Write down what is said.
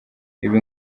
ibi